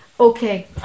Okay